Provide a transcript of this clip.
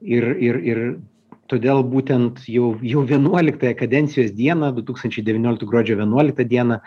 ir ir ir todėl būtent jau jau vienuoliktąją kadencijos dieną du tūkstančiai devynioliktų gruodžio vienuoliktą dieną